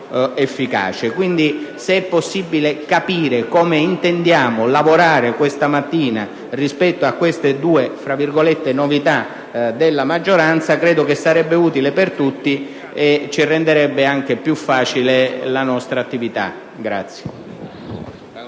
questo vorrei sapere come intendiamo lavorare questa mattina rispetto a queste due novità della maggioranza: credo sarebbe utile per tutti e renderebbe anche più facile la nostra attività.